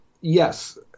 Yes